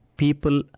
people